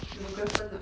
mcgraven 的 ah